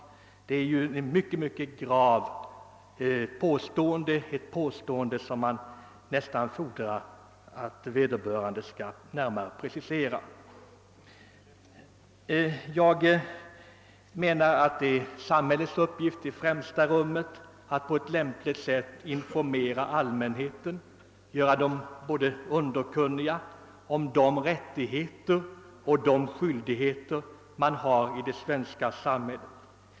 Det är ett mycket gravt påstående, som vederbörande borde närmare precisera. Enligt min mening är det i främsta rummet samhällets uppgift att på ett lämpligt sätt informera allmänheten för att göra den underkunnig om både de rättigheter och de skyldigheter man har i det svenska samhället.